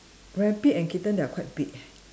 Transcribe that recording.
rabbit and kitten they are quite big eh